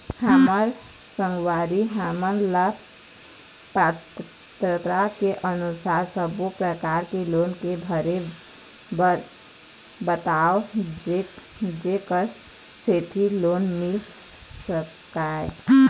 हमर संगवारी हमन ला पात्रता के अनुसार सब्बो प्रकार के लोन के भरे बर बताव जेकर सेंथी लोन मिल सकाए?